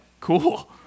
cool